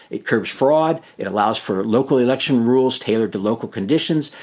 it curbs fraud. it allows for local election rules tailored to local conditions.